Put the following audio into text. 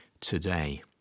today